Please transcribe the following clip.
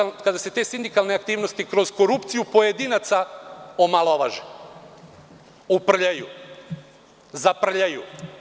Protiv sam kada se te sindikalne aktivnosti kroz korupciju pojedinaca omalovaži, upraljaju, zaprljaju.